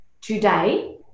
today